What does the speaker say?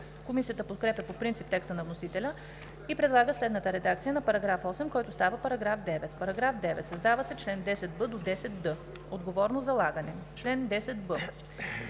Комисията подкрепя по принцип текста на вносителя и предлага следната редакция на § 8, който става § 9: „§ 9. Създават се чл. 10б – 10д: „Отговорно залагане Чл. 10б.